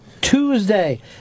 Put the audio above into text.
Tuesday